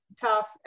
tough